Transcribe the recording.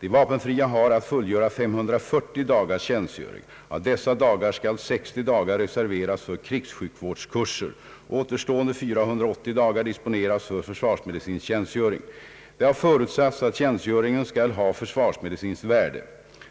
De vapenfria har att fullgöra 540 dagars tjänstgöring. Av dessa dagar skall 60 dagar reserveras för krigssjukvårdskurser. Återstående 480 dagar disponeras för försvarsmedicinsk tjänstgöring. Det har förutsatts att tjänstgöringen skall ha försvarsmedicinskt värde.